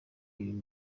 uyu